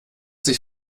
sich